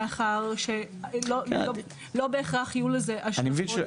מאחר שלא בהכרח יהיו לזה השלכות.